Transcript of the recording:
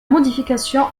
modification